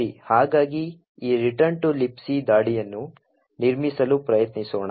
ಸರಿ ಹಾಗಾಗಿ ಈ ರಿಟರ್ನ್ ಟು ಲಿಬಿಸಿ ದಾಳಿಯನ್ನು ನಿರ್ಮಿಸಲು ಪ್ರಯತ್ನಿಸೋಣ